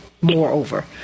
moreover